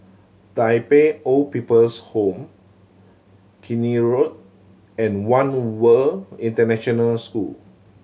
Tai Pei Old People's Home Keene Road and One World International School